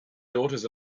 daughters